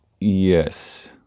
Yes